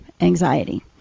anxiety